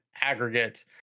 aggregate